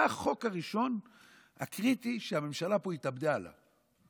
מה החוק הראשון, הקריטי, שהממשלה פה התאבדה עליו?